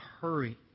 hurry